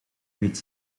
weet